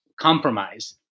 compromise